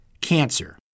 cancer